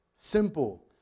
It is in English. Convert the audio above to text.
Simple